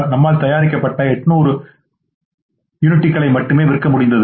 நம்மால் தயாரிக்கப்பட்ட 800 யூனிட்டுகளை மட்டுமே விற்க முடிந்தது